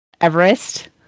Everest